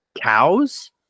Cows